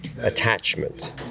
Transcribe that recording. attachment